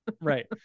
Right